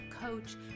coach